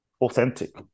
authentic